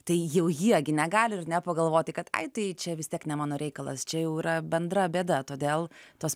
tai jau jie gi negali ar ne pagalvoti kad ai tai čia vis tiek ne mano reikalas čia jau yra bendra bėda todėl tos